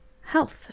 health